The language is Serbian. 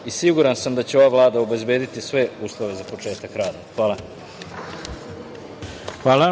i siguran sam da će ova Vlada obezbediti sve uslove za početak rada. Hvala.